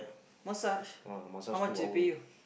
massage how much they pay you